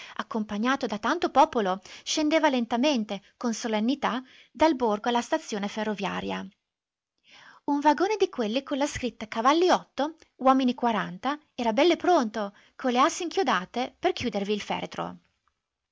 accompagnato da tanto popolo scendeva lentamente con solennità dal borgo alla stazione ferroviaria un vagone di quelli con la scritta avalli omini era bell'e pronto con le assi inchiodate per chiudervi il feretro